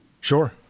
Sure